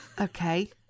Okay